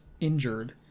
injured